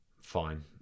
Fine